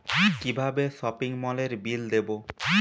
কিভাবে সপিং মলের বিল দেবো?